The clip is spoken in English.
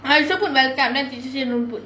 I also put welcome then she say don't put